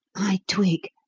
i twig.